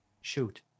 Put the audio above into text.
Shoot